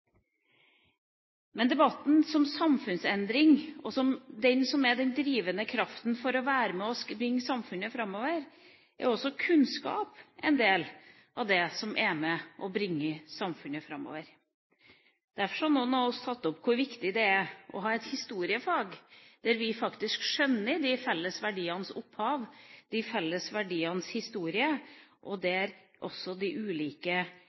Men i debatten om samfunnsendring som den drivende kraften for det som er med på å drive samfunnet framover, er også kunnskap en del av det som er med på å bringe samfunnet framover. Derfor har noen av oss tatt opp hvor viktig det er å ha et historiefag, der vi faktisk skjønner de felles verdienes opphav, de felles verdienes historie, og der også de ulike